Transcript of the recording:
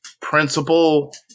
Principal